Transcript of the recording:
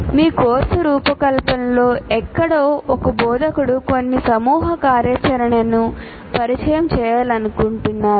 మీ కోర్సు రూపకల్పనలో ఎక్కడో ఒక బోధకుడు కొన్ని సమూహ కార్యాచరణను పరిచయం చేయాలనుకుంటున్నారు